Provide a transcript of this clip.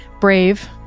brave